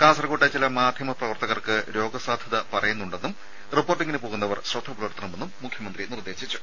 കാസർകോട്ടെ ചില മാധ്യമപ്രവർത്തകർക്ക് രോഗസാധ്യത പറയുന്നുണ്ടെന്നും റിപ്പോർട്ടിംഗിന് പോകുന്നവർ ശ്രദ്ധ പുലർത്തണമെന്നും മുഖ്യമന്ത്രി നിർദ്ദേശിച്ചു